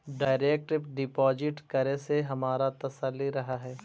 direct deposit करे से हमारा तसल्ली रहअ हई